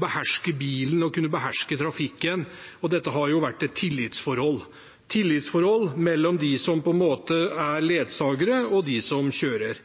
beherske bilen og beherske trafikken. Dette har vært et tillitsforhold mellom den som er ledsager, og den som kjører.